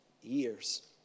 years